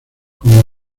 con